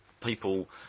people